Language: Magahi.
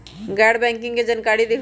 गैर बैंकिंग के जानकारी दिहूँ?